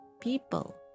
People